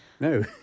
No